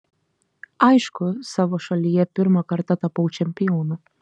aišku savo šalyje pirmą kartą tapau čempionu